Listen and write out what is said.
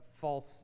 false